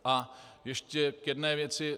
A ještě k jedné věci.